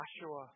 Joshua